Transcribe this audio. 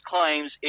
claims